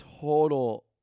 total